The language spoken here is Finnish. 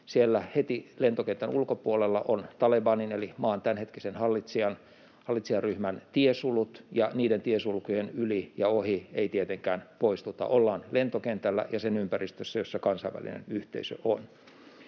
Siellä heti lentokentän ulkopuolella on Talebanin eli maan tämänhetkisen hallitsijaryhmän tiesulut, ja niiden tiesulkujen yli tai ohi ei tietenkään poistuta. Ollaan lentokentällä ja sen ympäristössä, jossa kansainvälinen yhteisö on.